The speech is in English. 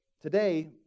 Today